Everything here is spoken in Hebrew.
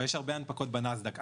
ויש הרבה הנפקות בנאסד"ק.